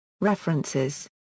References